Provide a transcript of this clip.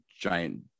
giant